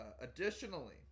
Additionally